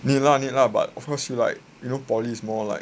need lah need lah but of course you like you know poly is more like